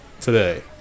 today